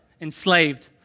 enslaved